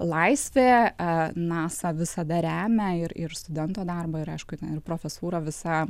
laisvė a nasa visada remia ir ir studento darbą ir aišku ir profesūra visa